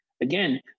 again